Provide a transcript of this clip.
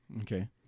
Okay